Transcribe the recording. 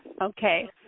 Okay